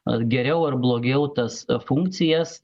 ar geriau ar blogiau tas funkcijas